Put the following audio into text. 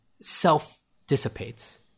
self-dissipates